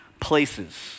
places